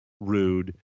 Rude